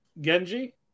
Genji